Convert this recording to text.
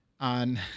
on